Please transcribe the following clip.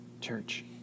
church